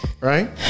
right